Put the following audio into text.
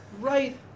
Right